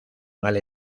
mal